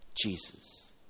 Jesus